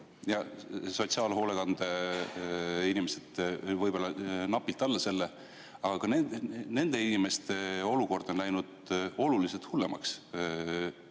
ja sotsiaalhoolekande inimesed võib-olla napilt alla selle. Ka nende inimeste olukord on läinud oluliselt hullemaks.